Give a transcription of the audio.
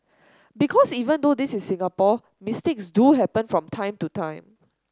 because even though this is Singapore mistakes do happen from time to time